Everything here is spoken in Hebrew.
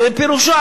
פירושו,